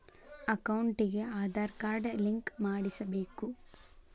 ಅಕೌಂಟಿಗೆ Aadhaar card link ಮಾಡಿಸಬೇಕು?